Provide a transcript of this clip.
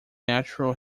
natural